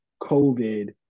COVID